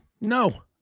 No